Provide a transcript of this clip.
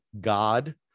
god